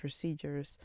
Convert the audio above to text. procedures